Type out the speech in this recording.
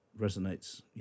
resonates